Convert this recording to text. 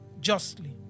justly